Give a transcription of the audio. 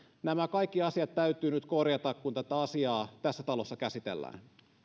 nämä kaikki asiat täytyy nyt korjata kun tätä asiaa tässä talossa käsitellään